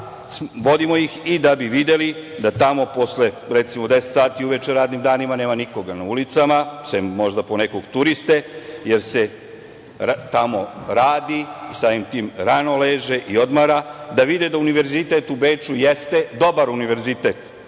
vodimo ih i da bi videli da tamo posle recimo, 22.00 časova radnim danima nema nikoga na ulicama, osim možda ponekog turiste, jer se tamo radi, samim tim rano leže, i odmara. Da vide da Univerzitet u Beču jeste dobar Univerzitet,